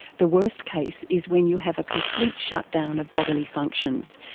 the worst case is when you have a complete shutdown of bodily functions,